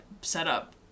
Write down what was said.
setup